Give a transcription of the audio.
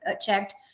checked